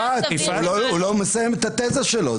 הגנתי על היושב-ראש אבל הוא לא מסיים את התזה שלו.